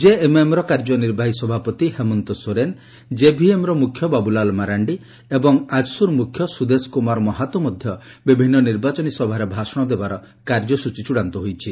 ଜେଏମ୍ଏମ୍ର କାର୍ଯ୍ୟନିର୍ବାହୀ ସଭାପତି ହେମନ୍ତ ସୋରେନ ଜେଭିଏମ୍ର ମୁଖ୍ୟ ବାବୁଲାଲ ମାରାଣ୍ଡି ଏବଂ ଆଜ୍ସୁର ମୁଖ୍ୟ ସୁଦେଶ କୁମାର ମହାତୋ ମଧ୍ୟ ବିଭିନ୍ନ ନିର୍ବାଚନୀ ସଭାରେ ଭାଷଣ ଦେବାର କାର୍ଯ୍ୟସ୍କଚୀ ଚଡ଼ାନ୍ତ ହୋଇଛି